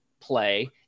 play